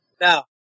Now